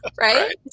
right